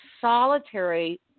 solitary